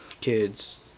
Kids